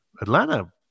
Atlanta